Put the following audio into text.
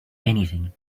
anything